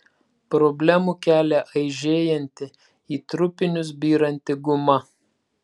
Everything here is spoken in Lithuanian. problemų kelia eižėjanti į trupinius byranti guma